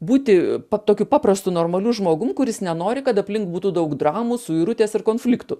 būti tokiu paprastu normaliu žmogum kuris nenori kad aplink būtų daug dramų suirutės ir konfliktų